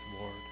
Lord